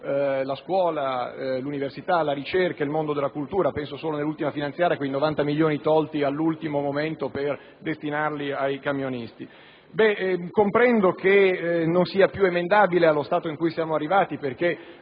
la scuola, l'università, la ricerca, il mondo della cultura. Penso solo, nell'ultima finanziaria, ai 90 milioni tolti all'ultimo momento per destinarli ai camionisti. Comprendo che il testo non sia più emendabile allo stato in cui siamo arrivati,